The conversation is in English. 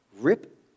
rip